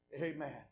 Amen